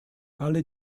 all